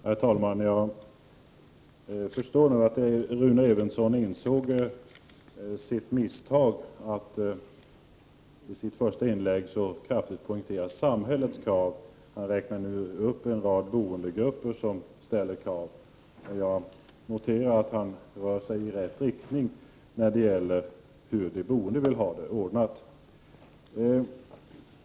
Herr talman! Jag förstår att Rune Evensson insåg sitt misstag att i det första inlägget så kraftigt poängtera samhällets krav. Han räknar nu upp en rad boendegrupper som ställer krav. Jag noterar att det rör sig i rätt riktning när det gäller hur de boende vill ha det ordnat.